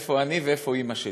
איפה אני ואיפה אימא שלי.